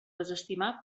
desestimar